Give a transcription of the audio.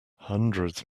hundreds